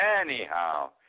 Anyhow